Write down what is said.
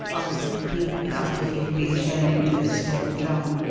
asked cleek after he had been shown into the stone drum,